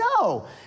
No